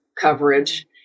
coverage